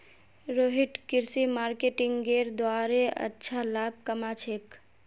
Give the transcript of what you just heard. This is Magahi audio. रोहित कृषि मार्केटिंगेर द्वारे अच्छा लाभ कमा छेक